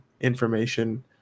information